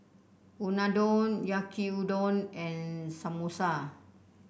Unadon Yaki Udon and Samosa